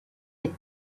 the